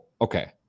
okay